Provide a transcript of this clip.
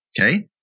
Okay